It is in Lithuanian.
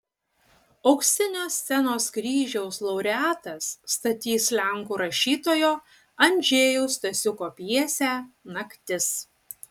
auksinio scenos kryžiaus laureatas statys lenkų rašytojo andžejaus stasiuko pjesę naktis